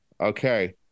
Okay